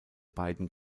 beiden